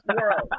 world